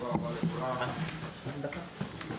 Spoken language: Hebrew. הישיבה ננעלה בשעה 09:29.